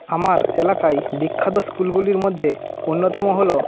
আমার এলাকায় বিখ্যাত স্কুলগুলির মধ্যে অন্যতম হল